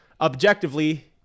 Objectively